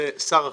זה שר החינוך,